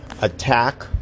attack